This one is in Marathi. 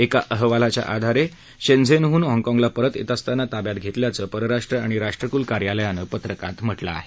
एका अहवालाच्या आधारे शेन्झेनहून हाँगकाँगला परत येत असताना ताब्यात घेतल्याचं परराष्ट्र आणि राष्ट्रकुल कार्यालयानं पत्रकात म्हटलं आहे